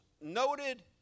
noted